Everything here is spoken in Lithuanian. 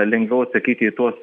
lengviau atsakyti į tuos